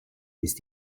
ist